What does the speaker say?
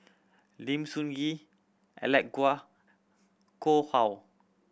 Lim Sun Gee Alec Kuok Koh How